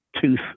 tooth